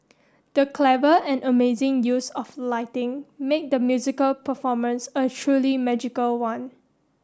the clever and amazing use of lighting made the musical performance a truly magical one